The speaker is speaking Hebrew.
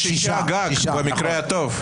שישה, במקרה הטוב.